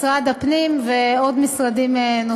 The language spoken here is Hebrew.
משרד הפנים ועוד משרדים.